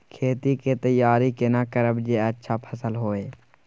खेत के तैयारी केना करब जे अच्छा फसल होय?